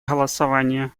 голосования